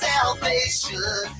Salvation